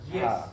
Yes